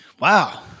Wow